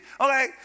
Okay